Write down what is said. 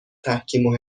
تحکیم